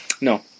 No